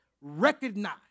Recognize